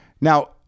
Now